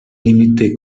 límite